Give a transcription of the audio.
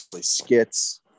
skits